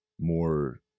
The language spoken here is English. more